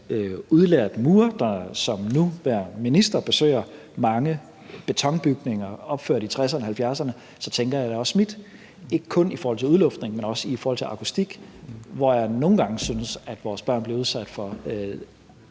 udlært murer og nuværende minister besøger mange betonbygninger opført i 60’erne og 70’erne, så tænker jeg da også mit, ikke kun i forhold til udluftning, men også i forhold til akustik, hvor jeg nogle gange synes, at vores børn bliver udsat for